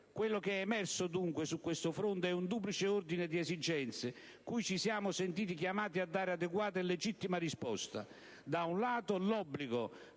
Quello che è emerso, dunque, su questo fronte, è un duplice ordine di esigenze cui ci siamo sentiti chiamati a dare adeguata e legittima risposta: da un lato, l'obbligo